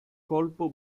colpo